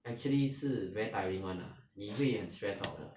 actually 是 very tiring [one] lah 你会很 stressed out 的